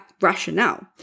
rationale